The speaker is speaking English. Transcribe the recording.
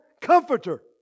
comforter